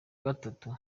gatatu